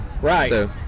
Right